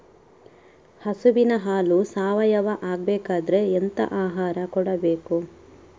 ಹಸುವಿನ ಹಾಲು ಸಾವಯಾವ ಆಗ್ಬೇಕಾದ್ರೆ ಎಂತ ಆಹಾರ ಕೊಡಬೇಕು?